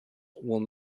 will